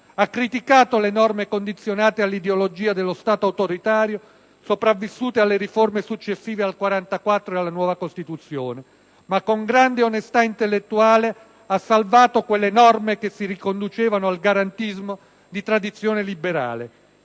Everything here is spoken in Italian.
Ha criticato le norme condizionate dall'ideologia dello Stato autoritario sopravvissute alle riforme successive al 1944 e alla nuova Costituzione, ma con grande onestà intellettuale ha salvato quelle norme che si riconducevano al garantismo di tradizione liberale: